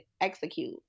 execute